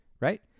right